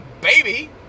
baby